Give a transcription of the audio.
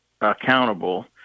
accountable